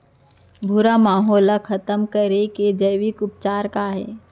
भूरा माहो ला खतम करे के जैविक उपचार का हे?